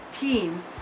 team